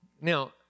Now